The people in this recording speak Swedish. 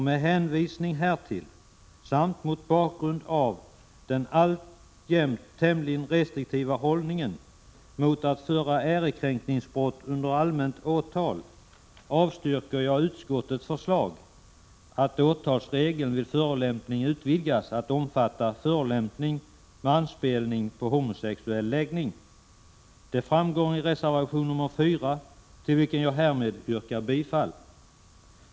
Med hänvisning till det anförda samt mot bakgrund av den alltjämt tämligen restriktiva hållningen mot att föra ärekränkningsbrott under allmänt åtal avstyrker jag utskottets förslag att åtalsregeln vid förolämpning utvidgas att omfatta förolämpning med anspelning på homosexuell läggning. Detta framgår i reservation nr 4 till vilken jag härmed yrkar bifall.